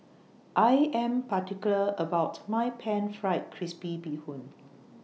I Am particular about My Pan Fried Crispy Bee Hoon